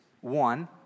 One